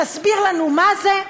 תסביר לנו מה זה?